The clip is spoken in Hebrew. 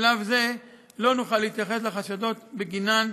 בשלב זה לא נוכל להתייחס לחשדות שבגינן